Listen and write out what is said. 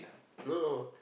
no no no